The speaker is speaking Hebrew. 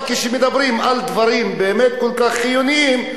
אבל כשמדברים על דברים באמת כל כך חיוניים,